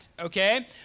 Okay